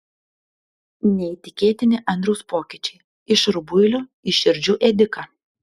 neįtikėtini andriaus pokyčiai iš rubuilio į širdžių ėdiką